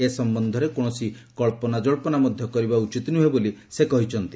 ଏ ସମ୍ବନ୍ଧରେ କୌଣସି କ୍ଷ୍ଣନାଜଳ୍ପନା ମଧ୍ୟ କରିବା ଉଚିତ୍ ନ୍ରହେଁ ବୋଲି ସେ କହିଛନ୍ତି